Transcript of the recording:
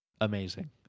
amazing